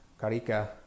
Karika